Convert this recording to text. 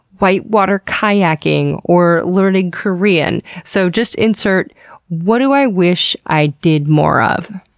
whitewater kayaking or learning korean. so just insert what do i wish i did more of?